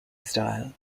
style